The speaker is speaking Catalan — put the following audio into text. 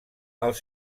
els